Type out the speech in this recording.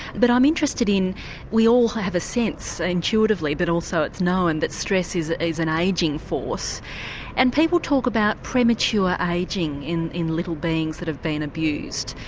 but i'm interested in we all have a sense intuitively, but also it's known that stress is is an aging force and people talk about premature aging in in little beings that have been abused.